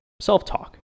self-talk